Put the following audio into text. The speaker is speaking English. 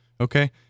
Okay